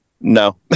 No